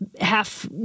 half